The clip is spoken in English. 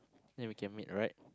then we can meet alright